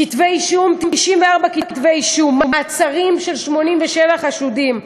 כתבי-אישום, 94 כתבי-אישום, מעצרים של 87 חשודים.